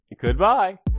Goodbye